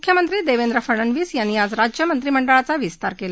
मुख्यमंत्री देवेंद्र फडनवीस यांनी आज राज्य मंत्रिमंडळाचा विस्तार केला